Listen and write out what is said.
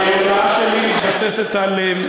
ההודעה שלי מתבססת על,